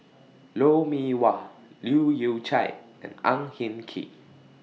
Lou Mee Wah Leu Yew Chye and Ang Hin Kee